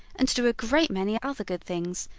and to do a great many other good things,